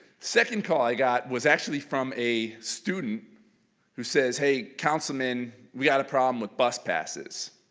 second call i got was actually from a student who says, hey councilman we got a problem with bus passes.